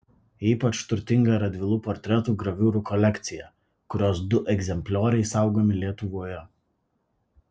ypač turtinga radvilų portretų graviūrų kolekcija kurios du egzemplioriai saugomi lietuvoje